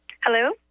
Hello